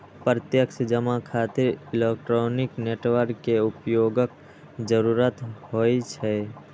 प्रत्यक्ष जमा खातिर इलेक्ट्रॉनिक नेटवर्क के उपयोगक जरूरत होइ छै